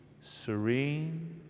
serene